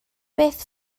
beth